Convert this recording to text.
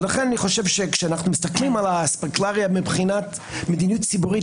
לכן אני חושב שכשאנחנו מסתכלים באספקלריה של מדיניות ציבורית